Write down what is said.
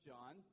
John